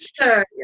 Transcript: sure